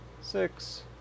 six